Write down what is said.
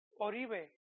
Oribe